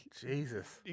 Jesus